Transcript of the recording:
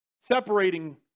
separating